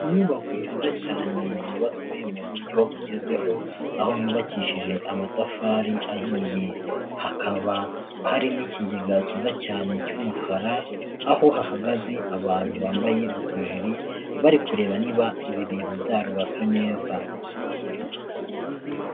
inyubako nziza cyane yubatswe mu buryo bugezweho, aho yubakishije amatafari ahiye. Hakaba hari n'ikigega cyiza cyane cy'umukara aho hagaze abantu bambaye utujeri bari kureba niba ibi bintu byarubatswe neza.